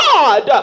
God